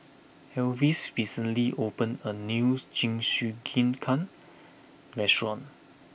Elvis recently opened a new Jingisukan restaurant